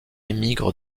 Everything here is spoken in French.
émigre